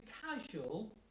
casual